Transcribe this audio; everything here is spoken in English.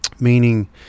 Meaning